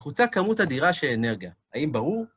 חוצה כמות אדירה שאנרגיה, האם ברור?